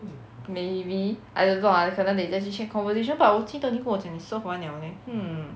maybe I don't know ah 可能 conversation part 我记得你跟我讲你 serve 完了 leh hmm